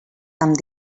amb